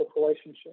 relationship